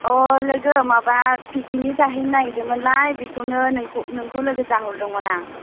अ लोगो माबा पिकनिक जाहैनो नागिरदोंमोन नालाय बेखौनो नोंखौ नोंखौ लोगो जाहरदोंमोन आं